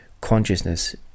Consciousness